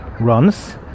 runs